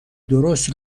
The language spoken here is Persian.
درست